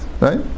right